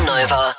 Nova